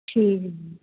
ਠੀਕ ਜੀ